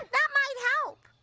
that might help.